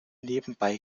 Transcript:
nebenbei